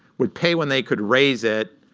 would pay when they could raise it,